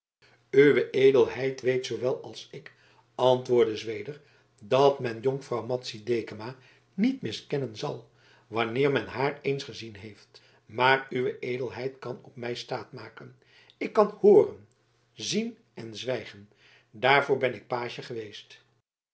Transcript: uwe edelheid weet zoowel als ik antwoordde zweder dat men jonkvrouw madzy dekama niet miskennen zal wanneer men haar eens gezien heeft maar uwe edelheid kan op mij staat maken ik kan hooren zien en zwijgen daarvoor ben ik page geweest